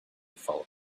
follow